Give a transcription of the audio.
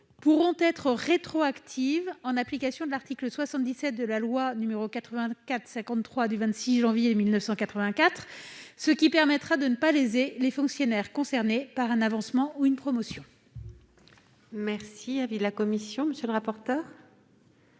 pourront être rétroactives en application de l'article 77 de la loi du 26 janvier 1984, ce qui permettra de ne pas léser les fonctionnaires concernés par un avancement ou une promotion.